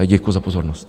Děkuji za pozornost.